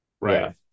Right